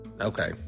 Okay